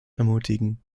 ermutigen